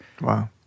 Wow